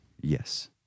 yes